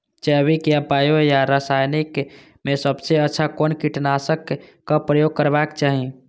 जैविक या बायो या रासायनिक में सबसँ अच्छा कोन कीटनाशक क प्रयोग करबाक चाही?